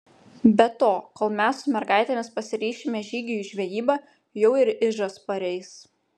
be to kol mes su mergaitėmis pasiryšime žygiui į žvejybą jau ir ižas pareis